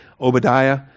Obadiah